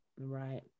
right